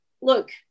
look